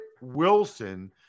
Wilson